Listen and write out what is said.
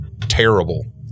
terrible